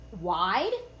wide